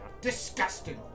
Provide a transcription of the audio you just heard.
Disgusting